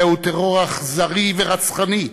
זהו טרור אכזרי ורצחני,